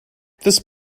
this